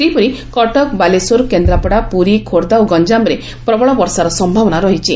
ସେହିପରି କଟକ ବାଲେଶ୍ୱର କେନ୍ଦ୍ରାପଡା ପୁରୀ ଖୋର୍ବ୍ଧା ଓ ଗଞ୍ଚାମରେ ପ୍ରବଳ ବର୍ଷା ସମ୍ଭାବନା ରହିଛି